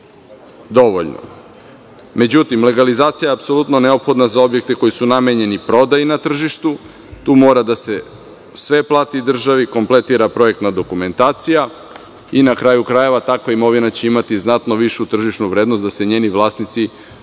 dovoljno.Međutim, legalizacija je apsolutno neophodna za objekte koji su namenjeni prodaji na tržištu. Tu mora da se sve plati državi, kompletira projektna dokumentacija i, na kraju krajeva, takva imovina će imati znatno višu tržišnu vrednost da se njeni vlasnici